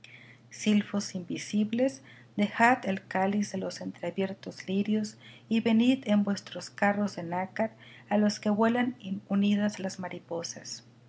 silfos invisibles dejad el cáliz de los entreabiertos lirios y venid en vuestros carros de nácar a los que vuelan unidas las mariposas